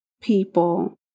people